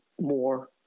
more